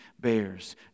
bears